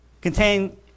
contain